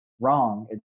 Wrong